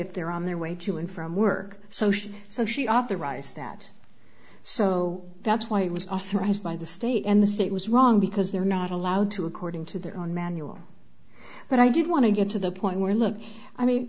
if they're on their way to and from work so she so she authorized that so that's why it was authorized by the state and the state was wrong because they're not allowed to according to their own manual but i do want to get to the point where look i mean